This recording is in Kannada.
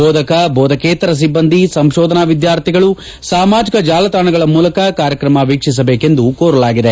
ಬೋಧಕ ಬೋಧಕೇತರ ಸಿಬ್ಲಂದಿ ಸಂಶೋಧನಾ ವಿದ್ಯಾರ್ಥಿಗಳು ಸಾಮಾಜಿಕ ಜಾಲತಾಣಗಳ ಮೂಲಕ ಕಾರ್ಯಕ್ರಮ ವೀಕ್ಷಿಸಬೇಕೆಂದು ಕೋರಲಾಗಿದೆ